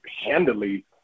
handily